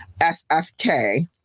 SFK